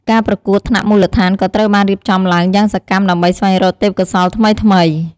ការប្រកួតថ្នាក់មូលដ្ឋានក៏ត្រូវបានរៀបចំឡើងយ៉ាងសកម្មដើម្បីស្វែងរកទេពកោសល្យថ្មីៗ។